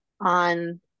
on